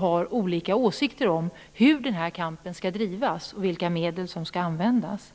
har olika åsikter om hur den här kampen skall drivas och vilka medel som skall användas.